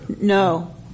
No